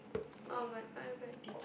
oh my eye very itchy